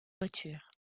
voiture